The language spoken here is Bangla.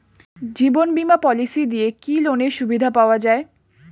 জীবন বীমা পলিসি দিয়ে কি লোনের সুবিধা পাওয়া যায়?